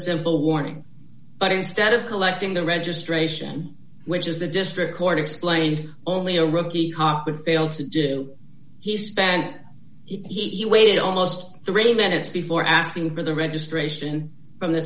simple warning but instead of collecting the registration which is the district court explained only a rookie card but failed to do he spent he waited almost three minutes before asking for the registration from the